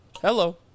Hello